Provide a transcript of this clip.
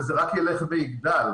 וזה רק ילך ויגדל.